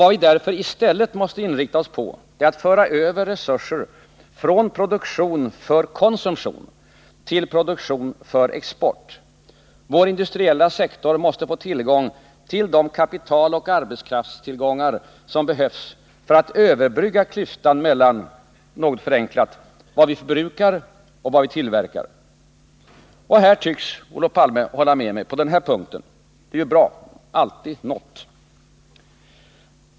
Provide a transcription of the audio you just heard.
Vad vi därför i stället måste inrikta oss på är att föra över resurser från produktion för konsumtion till produktion för export. Vår industriella sektor måste få tillgång till de kapitaloch arbetskraftstillgångar som behövs för att överbrygga klyftan mellan — något förenklat — vad vi förbrukar och vad vi tillverkar. På den här punkten tycks Olof Palme hålla med mig, och det är bra. Alltid något!